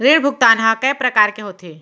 ऋण भुगतान ह कय प्रकार के होथे?